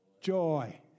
joy